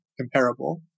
comparable